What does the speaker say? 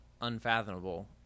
unfathomable